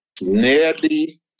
nearly